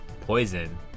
poison